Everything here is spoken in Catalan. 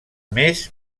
més